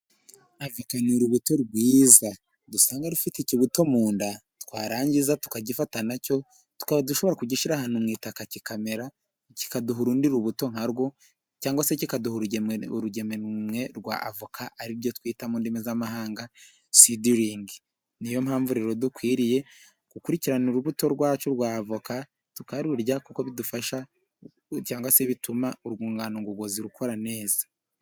Avoka ni urubuto rwiza dusanga rufite ikibuto mu nda twarangiza tukagifata nacyo dushobora kugishyira ahantu mu itaka kikamera kikaduha urundi rubuto nkarwo cyangwa se kikaduha urugemwe rwa avoka aribyo twita mu ndimi z'mahanga sidiringi. Niyo mpamvu rero dukwiriye gukurikirana urubuto rwacu rwa avoka tukarurya kuko bidufasha cyangwa se bituma urwungano ngogozi rukora neza.